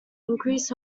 increased